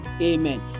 Amen